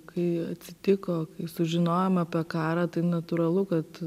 kai atsitiko kai sužinojom apie karą tai natūralu kad